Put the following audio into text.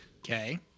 Okay